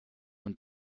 und